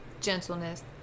gentleness